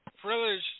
privilege